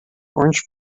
orange